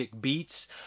beats